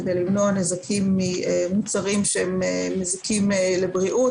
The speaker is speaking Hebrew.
כדי למנוע נזקים ממוצרים שמזיקים לבריאות,